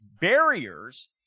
barriers